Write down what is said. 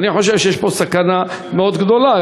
אני חושב שיש פה סכנה מאוד גדולה.